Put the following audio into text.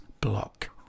block